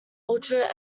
ultra